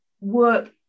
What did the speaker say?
work